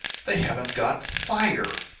they haven't got fire!